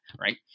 right